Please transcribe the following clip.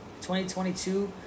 2022